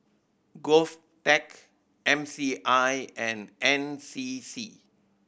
GovTech M C I and N C C